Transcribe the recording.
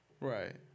Right